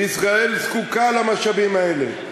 וישראל זקוקה למשאבים האלה.